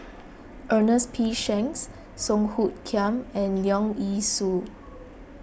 Ernest P Shanks Song Hoot Kiam and Leong Yee Soo